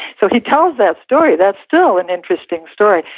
so he tells that story. that's still an interesting story.